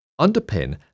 underpin